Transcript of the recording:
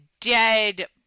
dead